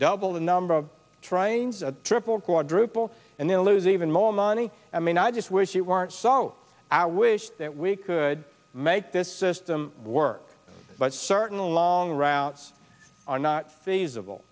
double the number of trains a triple quadruple and then lose even more money i mean i just wish it weren't so i wish that we could make this system work but certain long routes are not feasible